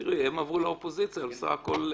תראי, הם עברו לאופוזיציה, אבל בסך הכול,